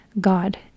God